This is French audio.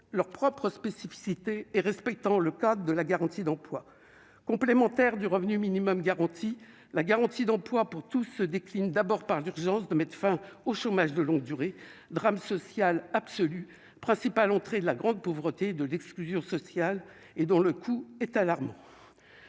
leurs propres spécificités et respectant le code de la garantie d'emploi complémentaire du revenu minimum garanti, la garantie d'emploi pour tout se décline d'abord par l'urgence de mettre fin au chômage de longue durée, drame social absolu principales entrées de la grande pauvreté, de l'exclusion sociale et dont le coût est alarmant,